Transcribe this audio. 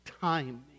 timing